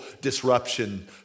disruption